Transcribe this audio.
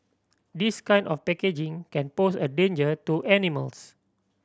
this kind of packaging can pose a danger to animals